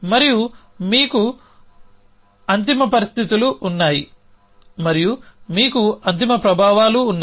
మరియు మీకు అంతిమ పరిస్థితులు ఉన్నాయి మరియు మీకు అంతిమ ప్రభావాలు ఉన్నాయి